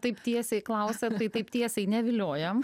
taip tiesiai klausiat tai taip tiesai neviliojam